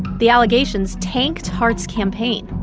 the allegations tanked hart's campaign.